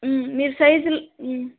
మీరు సైజులు